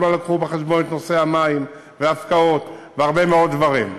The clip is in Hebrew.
הם לא הביאו בחשבון את נושא המים וההפקעות והרבה מאוד דברים.